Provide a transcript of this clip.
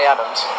Adams